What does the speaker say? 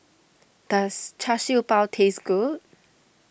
does Char Siew Bao taste good